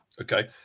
Okay